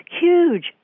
huge